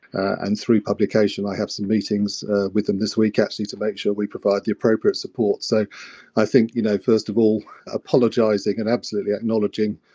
and through publication, i have some meetings with them this week actually to make sure we provide the appropriate support. so i think you know first of all apologising and absolutely acknowledging,